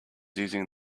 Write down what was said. using